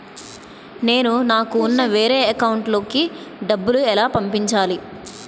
నేను నాకు ఉన్న వేరే అకౌంట్ లో కి డబ్బులు ఎలా పంపించాలి?